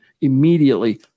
immediately